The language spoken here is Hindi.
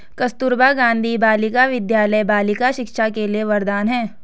कस्तूरबा गांधी बालिका विद्यालय बालिका शिक्षा के लिए वरदान है